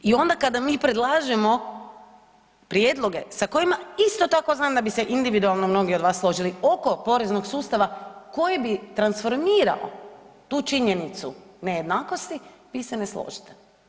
I onda kada mi predlažemo prijedloge sa kojima isto tako znam da bi se individualno mnogi od vas složili oko poreznog sustava koji bi transformirao tu činjenicu nejednakosti vi se ne složite.